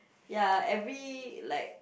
ya every like